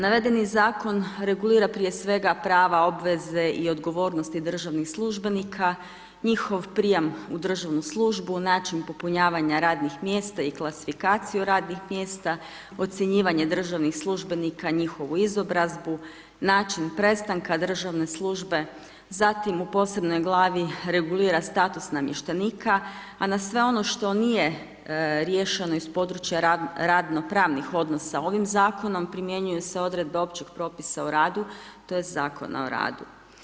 Navedeni Zakon regulira prije svega, prava, obveze i odgovornosti državnih službenika, njihov prijam u državnu službu, način popunjavanja radnih mjesta i klasifikaciju radnih mjesta, ocjenjivanje državnih službenika, njihovu izobrazbu, način prestanka državne službe, zatim u posebnoj glavi regulira status namještenika, a na sve ono što nije riješeno iz područja radno pravnih odnosa ovim Zakonom, primjenjuju se odredbe Općeg propisa o radu tj. Zakona o radu.